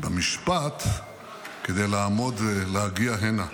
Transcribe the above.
במשפט כדי לעמוד ולהגיע הנה.